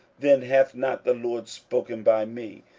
then hath not the lord spoken by me.